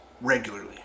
regularly